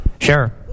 Sure